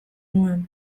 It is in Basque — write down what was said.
nuen